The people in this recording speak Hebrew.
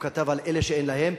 הוא כתב על אלה שאין להם,